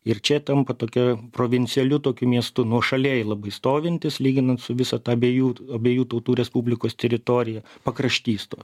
ir čia tampa tokia provincialiu tokiu miestu nuošalėj labai stovintis lyginant su visa ta abiejų abiejų tautų respublikos teritorija pakraštys to